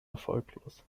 erfolglos